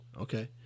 Okay